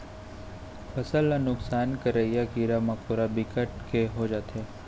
फसल ल नुकसान करइया कीरा मकोरा बिकट के हो जाथे